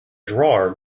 drawer